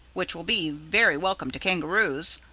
which will be very welcome to kangaroos.